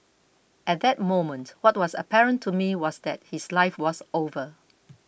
at that moment what was apparent to me was that his life was over